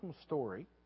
story